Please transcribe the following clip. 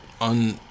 on